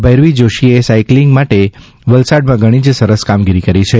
ભૈરવી જાશીએ સાઇક્લીંગ માટે વલસાડમાં ઘણી જ સરસ કામગીરી કરી છે